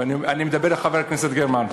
ואני מדבר אל חברת הכנסת גרמן,